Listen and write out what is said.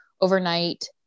overnight